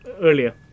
Earlier